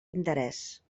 interès